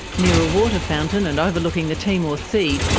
near a water fountain and overlooking the timor sea,